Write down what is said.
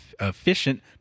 efficient